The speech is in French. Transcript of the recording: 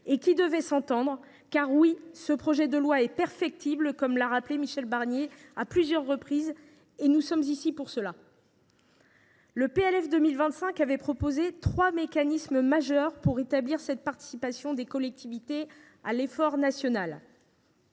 ont dû être entendues, car, oui, ce projet de loi est perfectible, comme l’a rappelé Michel Barnier à plusieurs reprises. Nous sommes ici pour cela ! Le PLF pour 2025 contenait trois mécanismes majeurs pour établir cette participation des collectivités à l’effort national.